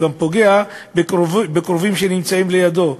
הוא גם פוגע בקרובים שנמצאים לידו,